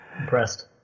Impressed